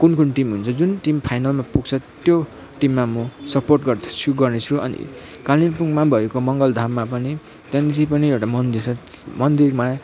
कुन कुन टिम हुन्छ जुन टिम फाइनलमा पुग्छ त्यो टिमलाई म सपोर्ट गर्दछु गर्नेछु अनि कालिम्पोङमा भएको मङ्गल धाममा पनि त्यहाँनिर पनि एउटा मन्दिर छ मन्दिरमा